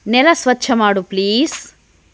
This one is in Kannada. ನೆಲ ಸ್ವಚ್ಛ ಮಾಡು ಪ್ಲೀಸ್